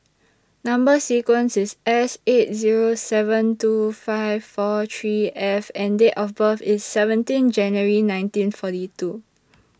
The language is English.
Number sequence IS S eight Zero seven two five four three F and Date of birth IS seventeen January nineteen forty two